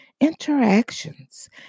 interactions